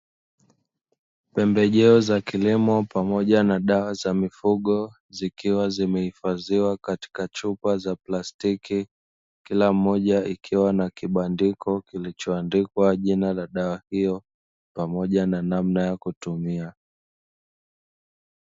Pembejeo za kilimo pamoja na dawa za mifugo zikiwa zimehifadhiwa katika chupa za plastiki kila moja ikiwa na kibandiko kilichoandikwa jina la dawa iyo pamoja na namna ya kutumia.